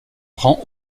rend